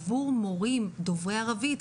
עבור מורים דוברי ערבית,